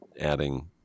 adding